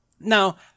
Now